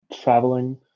traveling